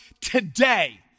Today